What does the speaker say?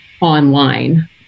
online